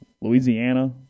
Louisiana